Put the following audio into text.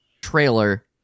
trailer